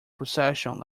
possession